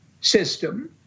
system